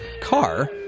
car